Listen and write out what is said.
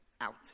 Out